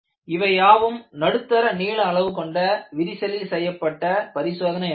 இவையாவும் நடுத்தர நீளஅளவு கொண்ட விரிசலில் செய்யப்பட்ட பரிசோதனையாகும்